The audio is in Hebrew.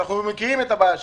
שאנחנו מכירים את הבעיה שלו,